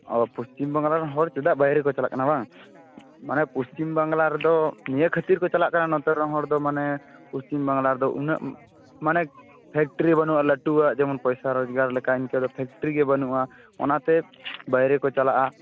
ᱚ ᱯᱚᱥᱪᱤᱢ ᱵᱟᱝᱞᱟ ᱨᱮᱱ ᱦᱚᱲ ᱪᱮᱫᱟᱜ ᱵᱟᱭᱨᱮ ᱠᱚ ᱪᱟᱞᱟᱜ ᱠᱟᱱᱟ ᱵᱟᱝ ᱢᱟᱱᱮ ᱯᱚᱥᱪᱤᱢ ᱵᱟᱝᱞᱟ ᱨᱮᱫᱚ ᱱᱤᱭᱟᱹ ᱠᱷᱟᱹᱛᱤᱨ ᱠᱚ ᱪᱟᱞᱟᱜ ᱠᱟᱱᱟ ᱱᱚᱛᱮ ᱨᱮᱱ ᱦᱚᱲ ᱫᱚ ᱢᱟᱱᱮ ᱯᱚᱥᱪᱤᱢ ᱵᱟᱝᱞᱟ ᱨᱮᱫᱚ ᱩᱱᱟᱹᱜ ᱢᱟᱱᱮ ᱯᱷᱮᱠᱴᱨᱤ ᱵᱟᱹᱱᱩᱜᱼᱟ ᱞᱟᱹᱴᱩᱣᱟᱹᱜ ᱡᱮᱢᱚᱱ ᱯᱚᱭᱥᱟ ᱨᱚᱡᱜᱟᱨ ᱞᱮᱠᱟ ᱤᱱᱠᱟᱹ ᱫᱚ ᱯᱷᱮᱠᱴᱨᱤ ᱜᱮ ᱵᱟᱹᱱᱩᱜᱼᱟ ᱚᱱᱟ ᱛᱮ ᱵᱟᱹᱭᱨᱮ ᱠᱚ ᱪᱟᱞᱟᱜᱼᱟ